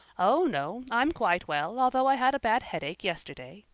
oh, no, i'm quite well although i had a bad headache yesterday,